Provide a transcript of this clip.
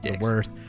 Worst